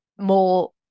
more